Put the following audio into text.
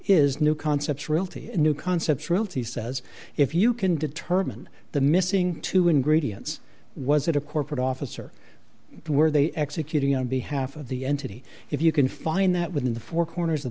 is new concepts realty new concepts realty says if you can determine the missing two ingredients was it a corporate office or were they executing on behalf of the entity if you can find that within the four corners